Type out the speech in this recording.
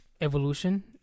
evolution